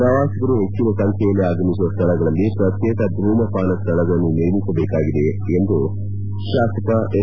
ಪ್ರವಾಸಿಗರು ಹೆಚ್ಚನ ಸಂಖ್ಯೆಯಲ್ಲಿ ಆಗಮಿಸುವ ಸ್ಥಳಗಳಲ್ಲಿ ಪ್ರತ್ಯೇಕ ಧೂಮಪಾನ ಸ್ಥಳಗಳನ್ನು ನಿರ್ಮಿಸಬೇಕಾದ ಅಗತ್ಯವಿದೆ ಎಂದು ಶಾಸಕ ಎಸ್